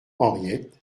henriette